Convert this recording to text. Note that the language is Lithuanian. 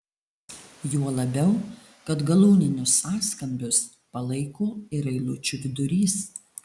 juo labiau kad galūninius sąskambius palaiko ir eilučių vidurys